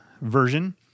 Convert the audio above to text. version